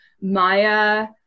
maya